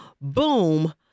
boom